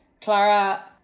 Clara